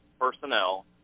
personnel